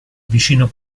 vicino